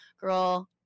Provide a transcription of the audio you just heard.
girl